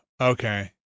Okay